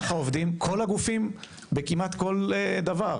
ככה עובדים כל הגופים כמעט בכל דבר,